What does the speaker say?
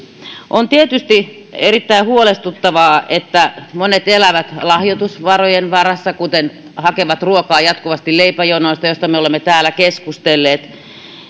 on tietysti erittäin huolestuttavaa että monet elävät lahjoitusvarojen varassa kuten hakevat ruokaa jatkuvasti leipäjonoista joista me olemme täällä keskustelleet